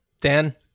Dan